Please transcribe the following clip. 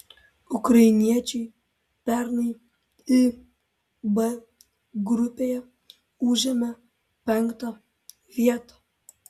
ukrainiečiai pernai ib grupėje užėmė penktą vietą